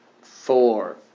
Four